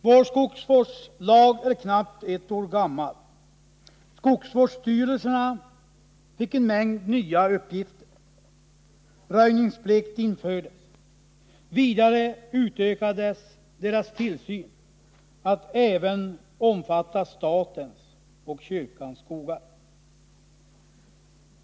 Vår skogsvårdslag är knappt ett år gammal. Skogsvårdsstyrelserna fick en mängd nya uppgifter. Röjningsplikt infördes. Vidare utökades deras tillsyn att även omfatta statens och kyrkans skogar.